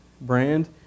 brand